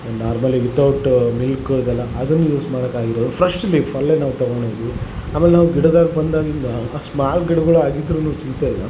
ಒಂದು normally without ಮಿಲ್ಕುದೆಲ ಅದನ್ನು ಯೂಸ್ ಮಾಡೊಕಾಗಿರೋ ಫ್ರೆಶ್ ಲೀಫ್ ಅಲ್ಲೆ ನಾವು ತಗೊಂಡಿದ್ದು ಆಮೇಲೆ ನಾವು ಗಿಡದಾಗೆ ಬಂದಾಂಗಿಂದ ಅದು ಸ್ಮಾಲ್ ಗಿಡಗಳು ಆಗಿದ್ರೂ ಚಿಂತೆ ಇಲ್ಲ